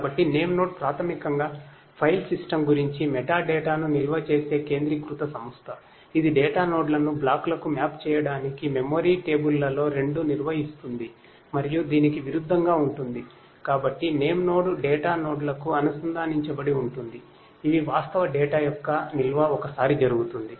కాబట్టి నేమ్నోడ్ ప్రాథమికంగా file system గురించి మెటాడేటా యొక్క నిల్వ ఒకసారిజరుగుతుంది